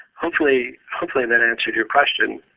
hopefully hopefully that answered your question.